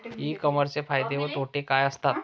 E कॉमर्सचे फायदे व तोटे काय असतात?